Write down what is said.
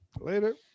later